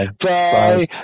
Bye